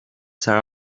there